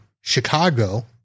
Chicago